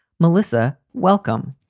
melissa, welcome.